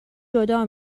جدا